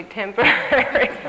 temporary